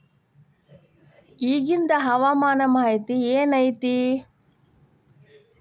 ಇಗಿಂದ್ ಹವಾಮಾನ ಮಾಹಿತಿ ಏನು ಐತಿ?